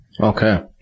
Okay